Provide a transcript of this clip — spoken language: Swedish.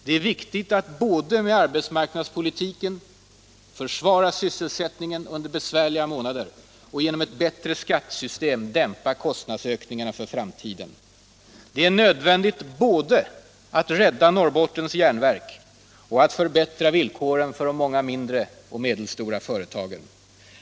Det är viktigt både att med arbetsmarknadspolitiken försvara sysselsättningen under besvärliga månader och att genom ett bättre skattesystem dämpa kostnadsökningarna för framtiden. Det är nödvändigt både att rädda Norrbottens Järnverk och att förbättra villkoren för de många mindre och medelstora företagen.